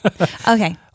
Okay